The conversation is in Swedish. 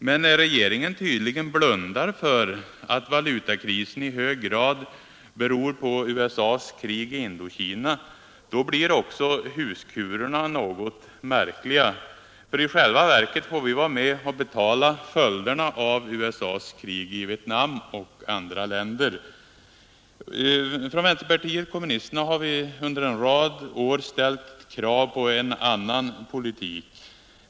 Men när regeringen blundar för att valutakrisen i hög grad beror på USA:s krig i Indokina, blir också huskurerna något märkliga. I själva verket får vi vara med och betala följderna av USA:s krig i Vietnam och andra länder. Från vänsterpartiet kommunisterna har vi under en rad år ställt krav på en annan politik.